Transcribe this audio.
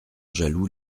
jaloux